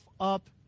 up